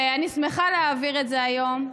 אני שמחה להעביר את זה היום.